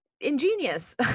ingenious